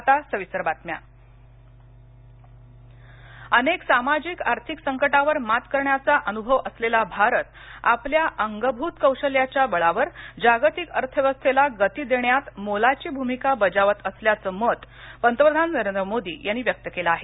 मोदी वैश्विक भारत अनेक सामाजिक आर्थिक संकटांवर मात करण्याचा अनुभव असलेला भारत आपल्या अंगभूत कौशल्याच्या बळावर जागतिक अर्थव्यवस्थेला गती देण्यात मोलाची भुमिका बजावत असल्याचं मत पंतप्रधान नरेंद्र मोदी यांनी व्यक्त केलं आहे